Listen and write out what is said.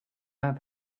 have